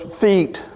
feet